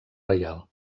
reial